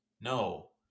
No